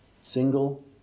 single